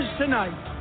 tonight